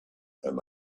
and